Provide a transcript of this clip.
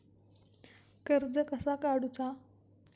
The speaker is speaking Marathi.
कर्ज कसा काडूचा?